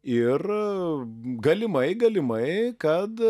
ir galimai galimai kad